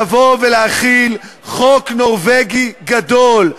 לבוא ולהחיל חוק נורבגי גדול,